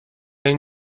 این